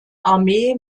armee